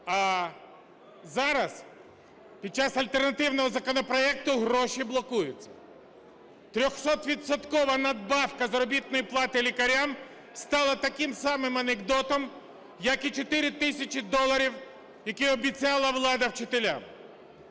а зараз під час альтернативного законопроекту гроші бокуються. Трьохсотвідсоткова надбавка заробітної плати лікарям стала таким самим анекдотом як і чотири тисячі доларів, які обіцяла влада вчителям.